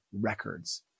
records